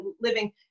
living